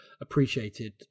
appreciated